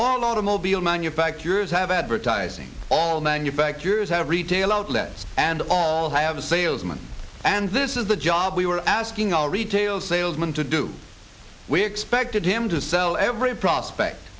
all automobile manufacturers have advertising all manufacturers have retail outlets and all have a salesman and this is the job we were asking our retail salesman to do we expected him to sell every prospect